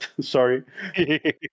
sorry